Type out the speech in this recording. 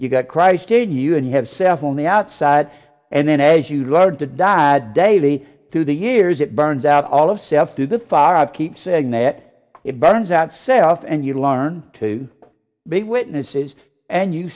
you got christ in you and you have cell phone the outside and then as you learn to die daily through the years it burns out all of self to the five keep saying that it burns out self and you learn to be witnesses and you